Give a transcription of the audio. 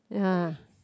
ya